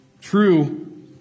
true